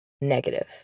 negative